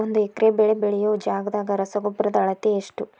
ಒಂದ್ ಎಕರೆ ಬೆಳೆ ಬೆಳಿಯೋ ಜಗದಾಗ ರಸಗೊಬ್ಬರದ ಅಳತಿ ಎಷ್ಟು?